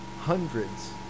hundreds